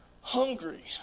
hungry